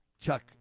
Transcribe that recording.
Chuck